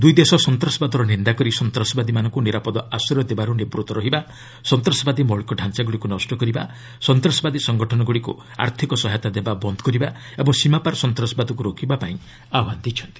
ଦୁଇ ଦେଶ ସନ୍ତାସବାଦର ନିନ୍ଦା କରି ସନ୍ତାସବାଦୀମାନଙ୍କୁ ନିରାପଦ ଆଶ୍ରୟ ଦେବାରୁ ନିବୃତ୍ତ ରହିବା ସନ୍ତାସବାଦୀ ମୌଳିକତାଞ୍ଚାଗୁଡ଼ିକୁ ନଷ୍ଟ କରିବା ସନ୍ତାସବାଦୀ ସଂଗଠନଗୁଡ଼ିକୁ ଆର୍ଥିକ ସହାୟତା ଦେବା ବନ୍ଦ କରିବା ଓ ସୀମାପାର୍ ସନ୍ତ୍ରାସବାଦକୁ ରୋକିବା ପାଇଁ ଆହ୍ବାନ ଦେଇଛନ୍ତି